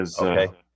Okay